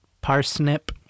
Parsnip